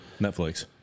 Netflix